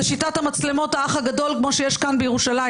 שיטת המצלמות "האח הגדול" כמו שיש כאן בירושלים.